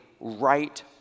right